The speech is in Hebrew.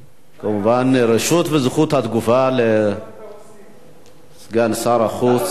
כמובן רשות וזכות התגובה לסגן שר החוץ מה עם הרוסים?